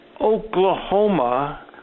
Oklahoma